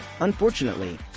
Unfortunately